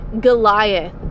Goliath